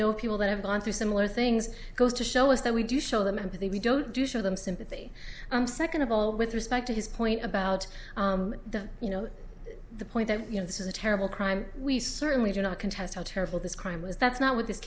know people that have gone through similar things goes to show us that we do show them empathy we don't do show them sympathy and second of all with respect to his point about the you know the point that you know this is a terrible crime we certainly do not contest how terrible this crime was that's not what this